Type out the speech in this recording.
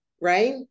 right